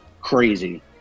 crazy